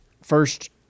first